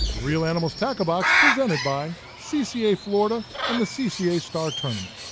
reel animals tackle box presented by cca florida and the cca star tournament.